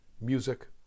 music